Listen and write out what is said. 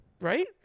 Right